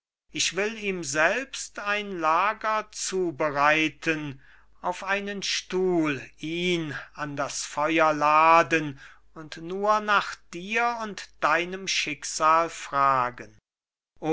ich will ihm selbst ein lager zubereiten auf einen stuhl ihn an das feuer laden und nur nach dir und deinem schicksal fragen